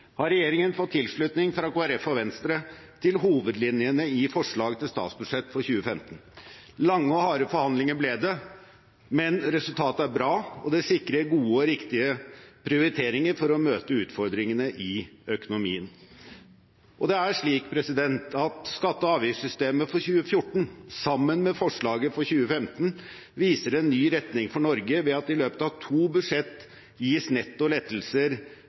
har regjeringen fått tilslutning fra Kristelig Folkeparti og Venstre til hovedlinjene i forslag til statsbudsjett for 2015. Lange og harde forhandlinger ble det, men resultatet er bra, og det sikrer gode og riktige prioriteringer for å møte utfordringene i økonomien. Skatte- og avgiftssystemet for 2014, sammen med forslaget for 2015, viser en ny retning for Norge ved at det i løpet av to budsjett gis netto lettelser